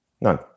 None